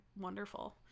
wonderful